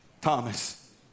Thomas